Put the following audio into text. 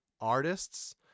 artists